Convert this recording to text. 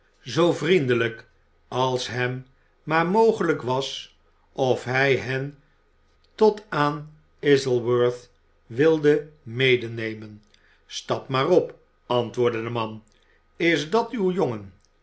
zoo vriendelijk als hem maar mogelijk was of hij hen tot aan i s e w o r t h wilde medenemen stap maar op antwoordde de man is dat uw jongen